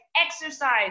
exercise